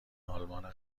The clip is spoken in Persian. آلمان